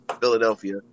Philadelphia